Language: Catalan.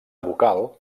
vocal